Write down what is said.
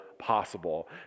possible